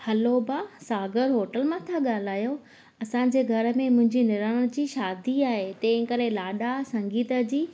hello भाउ Sagar hotel मां था ॻाल्हायो असांजे घर में मुंहिंजी निराण जी शादी आहे तंहिं करे लाॾा संगीत जी